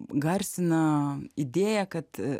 garsina idėją kad